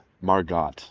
Margot